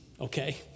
okay